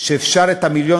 שאפשר למיליון